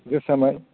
जोसा माइ